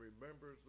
remembers